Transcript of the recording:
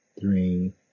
three